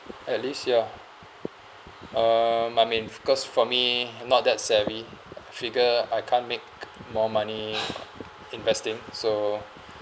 at least ya uh my mean of course for me I'm not that savvy figure I can't make more money investing so